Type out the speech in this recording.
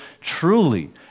truly